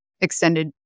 extended